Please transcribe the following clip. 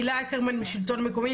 הילה אקרמן מהשלטון המקומי,